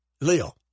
Leo